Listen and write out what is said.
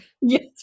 Yes